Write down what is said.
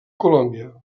colòmbia